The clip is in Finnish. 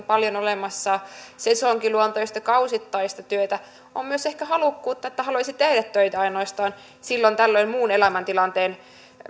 paljon olemassa sesonkiluontoista kausittaista työtä on myös ehkä halukkuutta että haluaisi tehdä töitä ainoastaan silloin tällöin muun elämäntilanteen